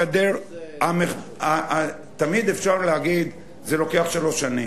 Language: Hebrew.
הגדר, תמיד אפשר להגיד: זה לוקח שלוש שנים.